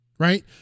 Right